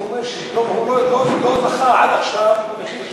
הוא אומר שלא זכה עד עכשיו במחיר,